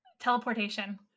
teleportation